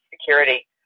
Security